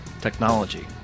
Technology